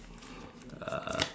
uh